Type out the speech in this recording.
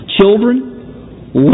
Children